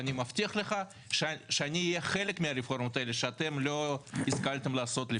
אני מבטיח לך שאני אהיה חלק מן הרפורמות האלה שאתם לא השכלתם לעשות.